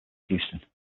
houston